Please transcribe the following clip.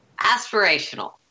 Aspirational